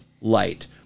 light